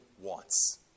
wants